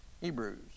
Hebrews